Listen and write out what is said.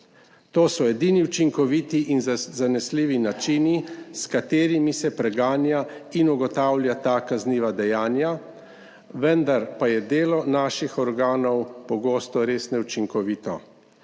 To so edini učinkoviti in zanesljivi načini, s katerimi se preganja in ugotavlja ta kazniva dejanja, vendar pa je delo naših organov pogosto res neučinkovito.